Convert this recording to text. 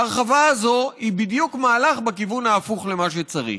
ההרחבה הזאת היא בדיוק מהלך בכיוון ההפוך למה שצריך.